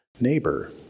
neighbor